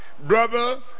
Brother